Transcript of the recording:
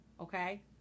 okay